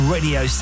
Radio